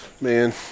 man